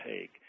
take